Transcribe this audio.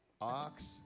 Ox